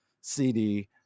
cd